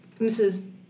Mrs